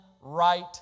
right